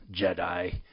Jedi